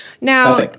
Now